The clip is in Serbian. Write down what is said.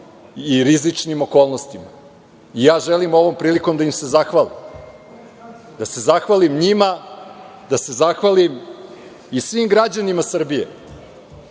i rizičnim okolnostima. Želim ovom prilikom da im se zahvalim, da se zahvalim njima, da se zahvalim i svim građanima Srbije